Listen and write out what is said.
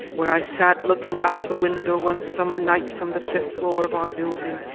where i sat looking out the window one summer night from the fifth floor of our building,